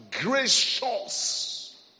gracious